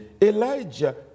Elijah